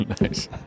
Nice